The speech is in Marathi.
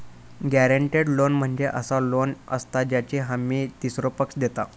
गॅरेंटेड लोन म्हणजे असा लोन असता ज्याची हमी तीसरो पक्ष देता